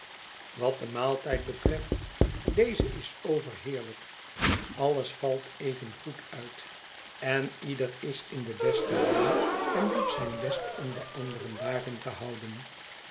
wat den maaltijd betreft deze is overheerlijk alles valt evengoed uit en ieder is in de beste luim en doet zijn best om de anderen daarin te houden